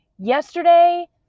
Yesterday